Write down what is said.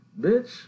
bitch